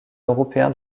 européen